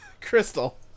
Crystal